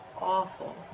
awful